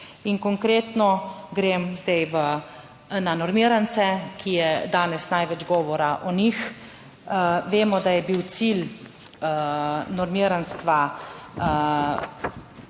In konkretno grem zdaj na normirance, danes je največ govora o njih. Vemo, da je bil cilj normiranstva